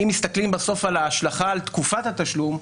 אם מסתכלים בסוף על ההשלכה על תקופת התשלום,